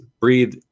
breathe